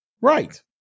right